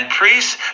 priests